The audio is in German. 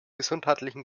gesundheitlichen